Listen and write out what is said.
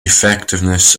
effectiveness